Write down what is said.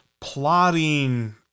plotting